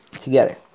together